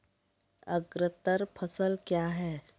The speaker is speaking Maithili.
अग्रतर फसल क्या हैं?